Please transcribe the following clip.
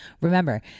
Remember